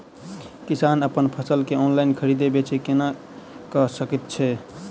किसान अप्पन फसल केँ ऑनलाइन खरीदै बेच केना कऽ सकैत अछि?